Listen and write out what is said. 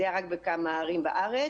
זה היה רק בכמה ערים בארץ.